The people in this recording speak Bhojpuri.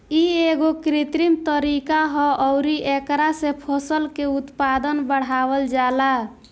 इ एगो कृत्रिम तरीका ह अउरी एकरा से फसल के उत्पादन बढ़ावल जाला